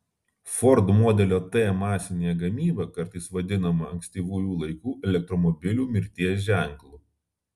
ford modelio t masinė gamyba kartais vadinama ankstyvųjų laikų elektromobilių mirties ženklu